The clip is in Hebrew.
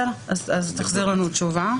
בסדר, תחזיר לנו תשובה.